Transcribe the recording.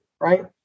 right